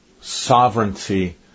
sovereignty